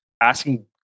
asking